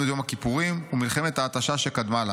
יום הכיפורים ומלחמת ההתשה שקדמה לה.